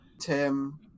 Tim